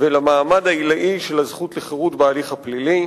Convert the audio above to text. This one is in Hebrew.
ולמעמד העילאי של הזכות לחירות בהליך הפלילי.